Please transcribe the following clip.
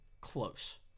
close